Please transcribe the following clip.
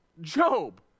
Job